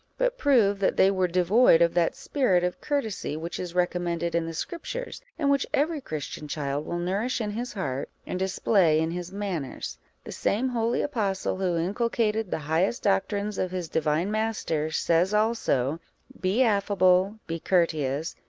but prove that they were devoid of that spirit of courtesy which is recommended in the scriptures, and which every christian child will nourish in his heart and display in his manners the same holy apostle, who inculcated the highest doctrines of his divine master, says also be affable, be courteous,